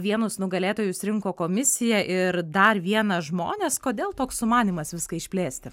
vienus nugalėtojus rinko komisija ir dar vieną žmonės kodėl toks sumanymas viską išplėsti